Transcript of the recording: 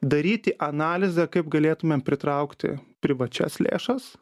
daryti analizę kaip galėtumėm pritraukti privačias lėšas